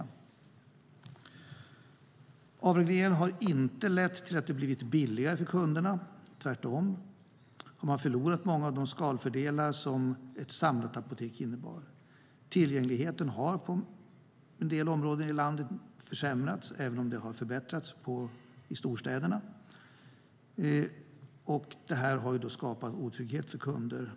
Avregleringen har inte lett till att det har blivit billigare för kunderna, tvärtom. De har förlorat många av de skalfördelar som ett samlat apotek innebar. Tillgängligheten har försämrats på en del orter i landet, även om den har förbättrats i storstäderna, och det skapar otrygghet för kunderna.